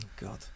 God